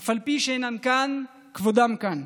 אף על פי שאינם כאן, כבודם כאן,